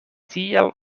tiel